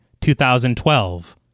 2012